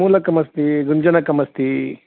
मूलकमस्ति गृञ्जनकमस्ति